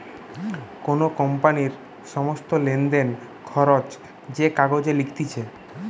কোন কোম্পানির সমস্ত লেনদেন, খরচ যে কাগজে লিখতিছে